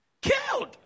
Killed